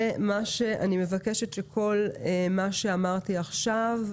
אני מבקשת שכל מה שאמרתי עכשיו,